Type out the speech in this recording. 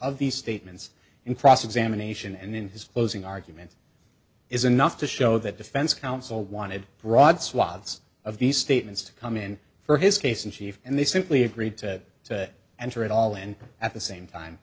of these statements in cross examination and in his closing arguments is enough to show that defense counsel wanted broad swaths of these statements to come in for his case in chief and they simply agreed to to enter at all and at the same time